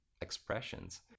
expressions